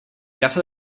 caso